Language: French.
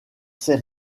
ses